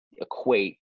equate